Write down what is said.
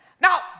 Now